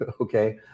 Okay